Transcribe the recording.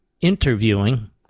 interviewing